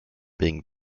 being